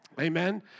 amen